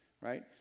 right